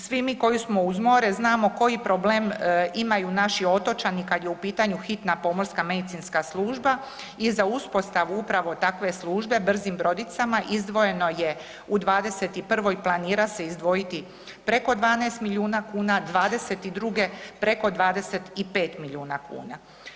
Svi mi koji smo uz more znamo koji problem imaju naši otočani kad je u pitanju Hitna pomorska medicinska služba i za uspostavu upravo takve službe brzim brodicama izdvojeno je u '21. planira se izdvojiti preko 12 milijuna kuna, '22. preko 25 milijuna kuna.